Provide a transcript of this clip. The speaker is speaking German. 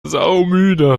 saumüde